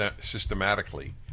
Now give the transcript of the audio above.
systematically